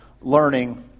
learning